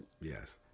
Yes